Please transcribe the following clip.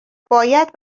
باید